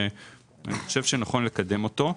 ואני חושב שנכון לקדם אותו.